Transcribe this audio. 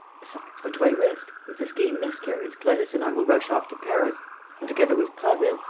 besides, what do i risk? if the scheme miscarries, clarisse and i will rush off to paris and, together with prasville,